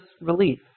relief